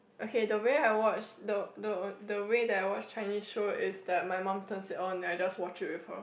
okay the way I watch the the the way that I watch Chinese show is that my mum turns it on then I just watch it with her